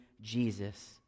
Jesus